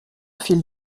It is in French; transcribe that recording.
fil